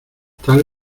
tal